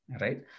right